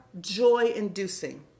joy-inducing